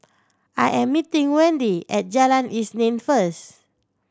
I am meeting Wende at Jalan Isnin first